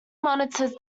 monitors